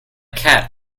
cat